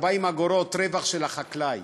40 אגורות רווח של החקלאי,